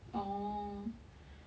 orh